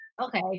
Okay